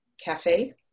cafe